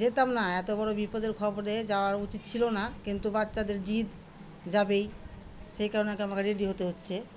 যেতাম না এত বড়ো বিপদের খবরে যাওয়ার উচিৎ ছিল না কিন্তু বাচ্চাদের জিদ যাবেই সেই কারণে কি আমাকে রেডি হতে হচ্ছে